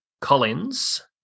Collins